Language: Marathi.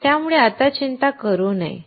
त्यामुळे आता त्याची चिंता करू नये